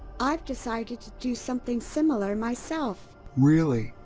i've decided to do something similar myself. really?